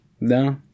no